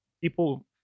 people